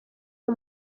uyu